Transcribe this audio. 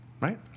right